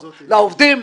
האם לשלם לעובדים,